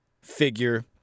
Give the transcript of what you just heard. figure